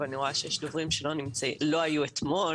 אני רואה שיש דוברים שלא היו אתמול.